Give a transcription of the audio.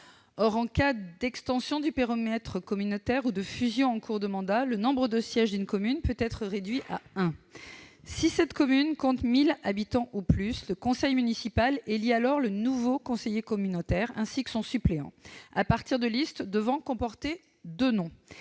Or, en cas d'extension du périmètre communautaire ou de fusion en cours de mandat, le nombre de sièges d'une commune peut être réduit à un. Si cette commune compte 1 000 habitants ou plus, le conseil municipal élit alors le nouveau conseiller communautaire, ainsi que son suppléant à partir de listes devant comporter deux noms.